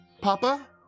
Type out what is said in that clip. Papa